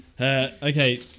Okay